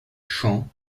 champs